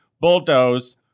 bulldoze